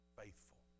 faithful